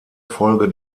folge